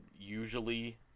usually